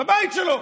בבית שלו.